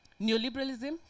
neoliberalism